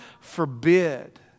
forbid